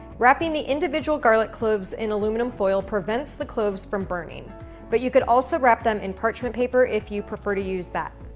wrapping the individual garlic cloves in aluminum foil prevents the cloves from burning but you could also wrap them in parchment paper if you prefer to use that.